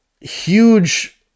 huge